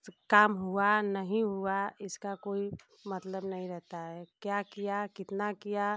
सो काम हुआ नहीं हुआ इसका कोई मतलब नहीं रहता है क्या किया कितना किया